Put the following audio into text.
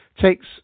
takes